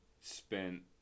spent